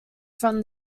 from